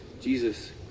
Jesus